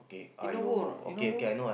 you know who or not you know who